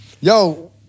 Yo